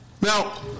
Now